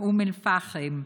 מאום אל-פחם,